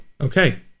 Okay